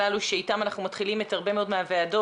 אני חושבת שהעובדה שיש פה הרבה מאוד גורמים הופכת את